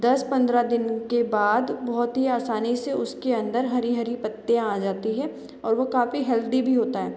दस पंद्रह दिन के बाद बहुत ही असानी से उसके अंदर हरी हरी पत्तियाँ आ जाती हैं और वो काफ़ी हेल्थी भी होता है